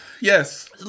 yes